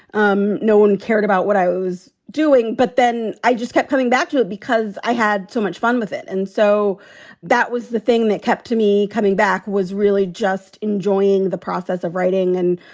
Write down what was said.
um no one cared about what i was doing. but then i just kept coming back to it because i had so much fun with it. and so that was the thing that kept to me coming back was really just enjoying the process of writing and,